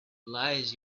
lies